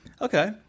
Okay